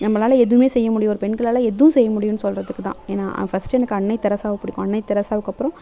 நம்மளால எதுவுமே செய்ய முடியும் பெண்களால் எதுவும் செய்ய முடியும் சொல்கிறதுக்குதான் ஏன்னால் ஃபஸ்ட்டு எனக்கு அன்னை தெரசாவை பிடிக்கும் அன்னை தெரசாவுக்கு அப்புறம்